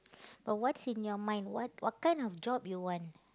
but what's in your mind what what kind of job you want